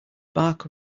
bark